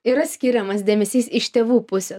yra skiriamas dėmesys iš tėvų pusės